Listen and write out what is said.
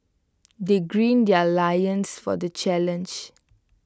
they gird their loins for the challenge